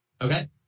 Okay